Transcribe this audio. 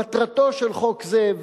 מטרתו של חוק זה,